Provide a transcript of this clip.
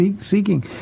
seeking